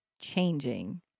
changing